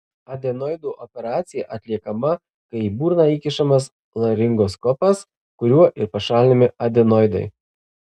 adenoidų operacija atliekama kai į burną įkišamas laringoskopas kuriuo ir pašalinami adenoidai